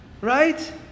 Right